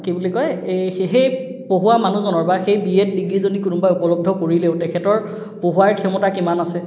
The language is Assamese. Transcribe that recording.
কি বুলি কয় এই সেই পঢ়োৱা মানুহজনৰ বা সেই বি এড ডিগ্ৰী যদি কোনোবাই উপলব্ধ কৰিলেওঁ তেখেতৰ পঢ়োৱাৰ ক্ষমতা কিমান আছে